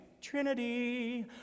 Trinity